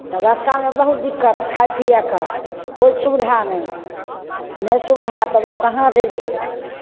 तऽ रस्तामे बहुत दिक्कत खाइ पीयै कऽ कोइ सुविधा नहि नहि सुविधा तब आब कहाँ जयबहो